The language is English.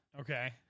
Okay